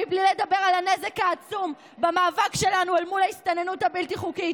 בלי לדבר על הנזק העצום במאבק שלנו אל מול ההסתננות הבלתי-חוקית.